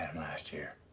last year.